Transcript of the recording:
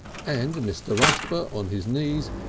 and mr. rusper, on his knees,